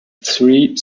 three